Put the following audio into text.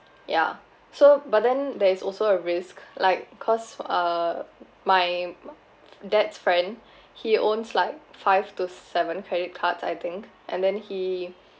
ya so but then there is also a risk like cause uh my dad's friend he owns like five to seven credit cards I think and then he